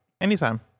anytime